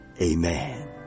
amen